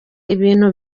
ibintu